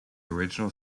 original